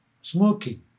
Smoking